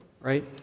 right